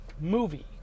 movie